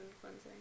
cleansing